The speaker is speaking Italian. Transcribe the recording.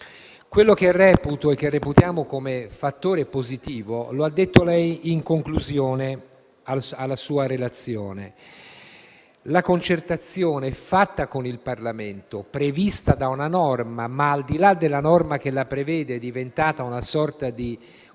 dall'antichità. Reputiamo come fattore positivo - lo ha detto lei a conclusione della sua relazione - la concertazione fatta con il Parlamento, prevista da una norma (ma al di là della norma che la prevede), e diventata una sorta di condotta non